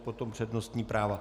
Potom přednostní práva.